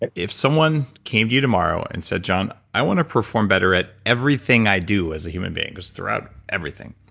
if someone came to you tomorrow and said, john, i want to perform better at everything i do as a human being, just throughout everything.